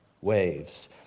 waves